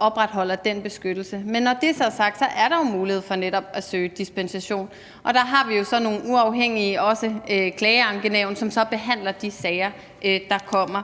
opretholdes. Men når det så er sagt, er der jo mulighed for netop at søge dispensation, og der har vi jo så nogle uafhængige klageankenævn, som så behandler de sager, der kommer.